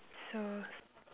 so